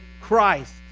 Christ